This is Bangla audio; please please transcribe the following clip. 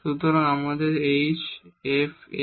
সুতরাং আমাদের h fx a b আছে